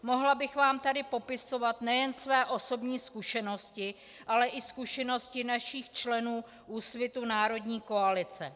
Mohla bych vám tady popisovat nejen své osobní zkušenosti, ale i zkušenosti našich členů Úsvitu Národní koalice.